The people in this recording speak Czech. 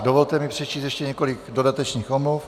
Dovolte mi přečíst ještě několik dodatečných omluv.